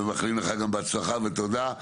אנחנו מאחלים לך בהצלחה ותודה.